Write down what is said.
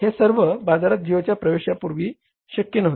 हे सर्व बाजारात जिओच्या प्रवेश करण्यापूर्वी शक्य नव्हते